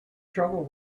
trouble